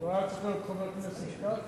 לא היה צריך להיות חבר הכנסת כץ?